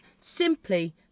simply